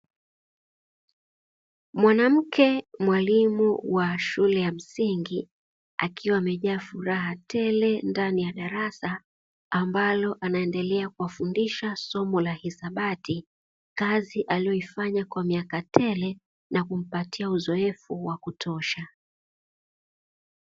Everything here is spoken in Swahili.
Mwanamke mwalimu wa shule ya msingi akiwa amejaa furaha tele, ndani ya darasa ambalo anaendelea kuwafundisha somo la hisabati, kazi aliyoifanya kwa miaka tele na kumpatia uzoefu wa kutosha.